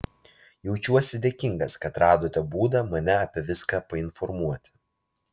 jaučiuosi dėkingas kad radote būdą mane apie viską painformuoti